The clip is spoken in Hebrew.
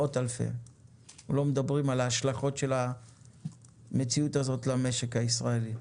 אנחנו לא מדברים על ההשלכות של המציאות הזאת על המשק הישראלי,